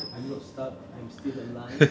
I'm not stuck I'm still alive